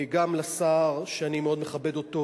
גם לשר שאני מאוד מכבד אותו,